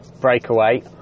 breakaway